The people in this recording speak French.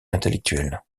intellectuel